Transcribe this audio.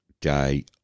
day